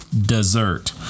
dessert